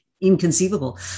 inconceivable